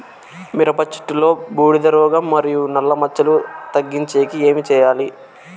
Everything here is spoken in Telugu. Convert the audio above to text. మిరప చెట్టులో బూడిద రోగం మరియు నల్ల మచ్చలు తగ్గించేకి ఏమి చేయాలి?